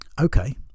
Okay